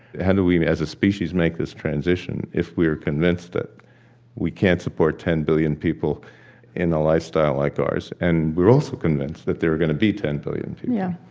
how do we, as a species, make this transition if we're convinced that we can't support ten billion people in a lifestyle like ours? and we're also convinced that there are going to be ten billion people yeah.